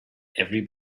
every